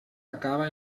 acaba